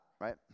right